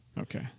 Okay